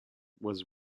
was